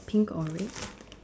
pink or red